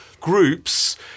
groups